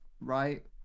right